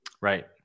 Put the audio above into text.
Right